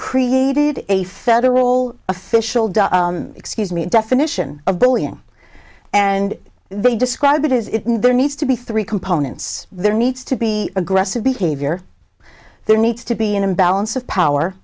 created a federal official dutch excuse me definition of bullying and they describe it is it in there needs to be three components there needs to be aggressive behavior there needs to be an imbalance of power